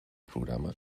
programa